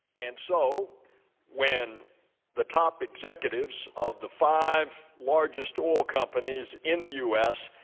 and so when the top executives of the five largest oil companies in the u s.